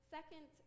Second